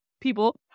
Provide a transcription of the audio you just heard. people